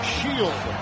Shield